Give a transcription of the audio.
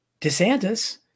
DeSantis